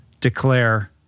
declare